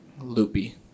loopy